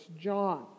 John